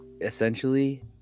essentially